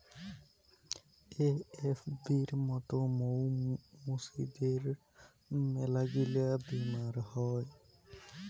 এ.এফ.বির মত মৌ মুচিদের মেলাগিলা বেমার হউ